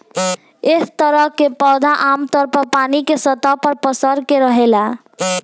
एह तरह पौधा आमतौर पर पानी के सतह पर पसर के रहेला